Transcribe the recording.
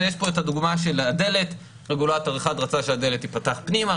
ויש פה את הדוגמה של הדלת רגולטור רצה שהדלת תיפתח פנימה,